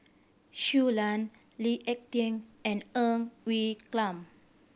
Shui Lan Lee Ek Tieng and Ng Quee Lam